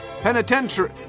penitentiary